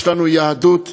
יש לנו יהדות מדורי-דורות,